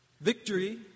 Victory